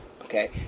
Okay